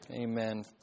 Amen